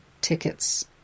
tickets